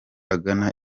agana